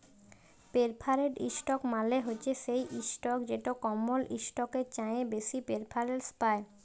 perforated stock মালে হছে সেই ইসটক যেট কমল ইসটকের চাঁঁয়ে বেশি পেরফারেলস পায়